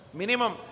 minimum